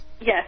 Yes